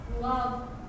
love